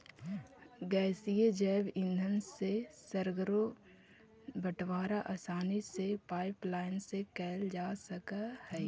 गैसीय जैव ईंधन से सर्गरो बटवारा आसानी से पाइपलाईन से कैल जा सकऽ हई